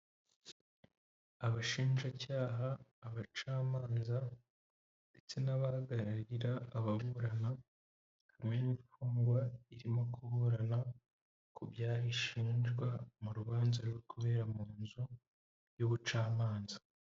Abashinjacyaha abacamanza ndetse n'abahagararira ababurana hamwe n'imfungwa irimo kuburana ku byaha ishinjwa, mu rubanza ruri kubera mu nzu y'ubucamanza.